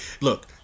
Look